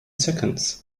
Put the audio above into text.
seconds